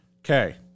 Okay